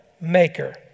maker